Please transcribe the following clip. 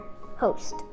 host